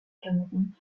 cameron